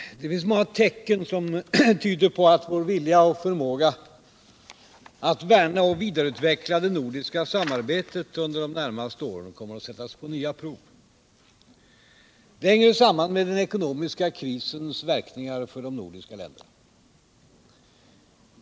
Herr talman! Det finns många tecken som tyder på att vår vilja och förmåga att värna och vidareutveckla det nordiska samarbetet under de närmaste åren kommer att sättas på nya prov. Det hänger samman med den ekonomiska krisens verkningar för de nordiska länderna.